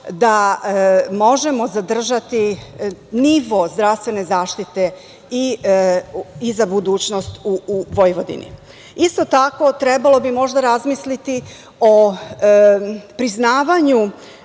da možemo zadržati nivo zdravstvene zaštite i za budućnost u Vojvodini. Isto tako, trebalo bi razmisliti o priznavanju